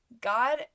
God